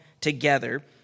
together